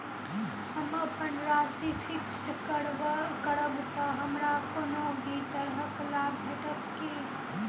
हम अप्पन राशि फिक्स्ड करब तऽ हमरा कोनो भी तरहक लाभ भेटत की?